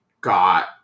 got